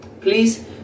please